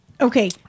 Okay